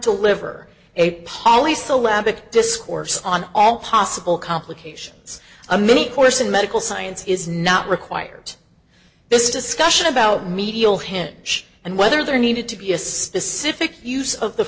to live or a polysyllabic discourse on all possible complications a mini course in medical science is not required this discussion about medial hit and whether there needed to be a specific use